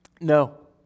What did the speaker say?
no